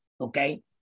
Okay